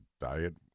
diet